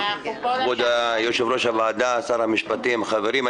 כבוד יושב-ראש הוועדה, שר המשפטים, חברים.